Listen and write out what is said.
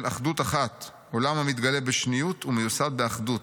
אחדות אחת: העולם מתגלה בשניות ומיוסד באחדות.